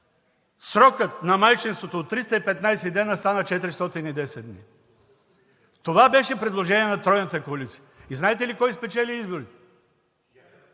Срокът на майчинството от 315 стана 410 дни. Това беше предложение на Тройната коалиция. И знаете ли кой спечели изборите?